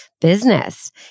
business